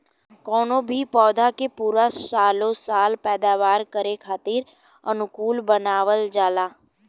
कवनो भी पौधा के पूरा सालो साल पैदावार करे खातीर अनुकूल बनावल जाला